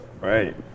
Right